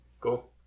Cool